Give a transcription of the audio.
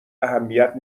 اهمیت